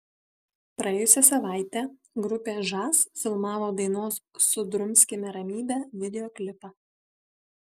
praėjusią savaitę grupė žas filmavo dainos sudrumskime ramybę videoklipą